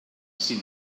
sin